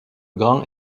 grands